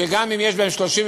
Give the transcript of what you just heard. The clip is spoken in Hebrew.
שגם אם יש בהן 32,